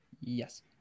Yes